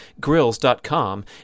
grills.com